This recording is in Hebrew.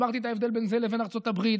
הסברתי את ההבדל בין זה לבין ארצות הברית,